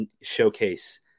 showcase